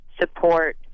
support